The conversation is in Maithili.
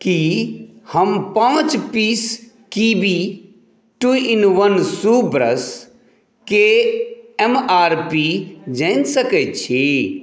की हम पाँच piece Kiwi two in one shoe brush के एम आर पी जानि सकै छी